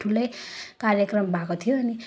ठुलै कार्यक्रम भएको थियो अनि